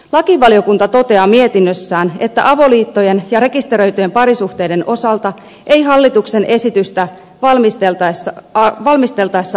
lakivaliokunta toteaa mietinnössään että avoliittojen ja rekisteröityjen parisuhteiden osalta ei kysymystä hallituksen esitystä valmisteltaessa arvioitu